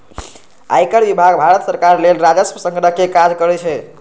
आयकर विभाग भारत सरकार लेल राजस्व संग्रह के काज करै छै